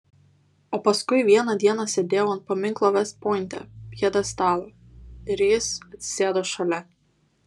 o paskui vieną dieną sėdėjau ant paminklo vest pointe pjedestalo ir jis atsisėdo šalia